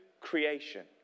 creation